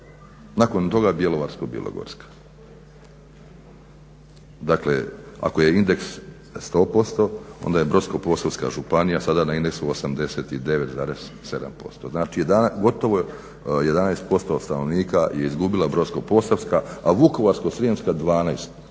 nakon toga Bjelovarsko-bilogorska. Dakle, ako je indeks 100% onda je Brodsko-posavska županija sada na indeksu 89,7%. Znači gotovo 11% stanovnika je izgubila Brodsko-posavska, a Vukovarsko-srijemska 12%